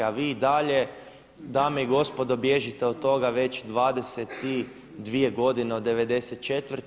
A vi i dalje, dame i gospodo bježite od toga već 22 godine od '94.